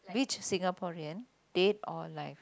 which Singaporean dead or alive